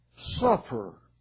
Suffer